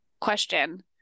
question